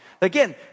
Again